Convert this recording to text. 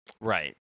Right